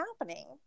happening